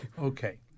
Okay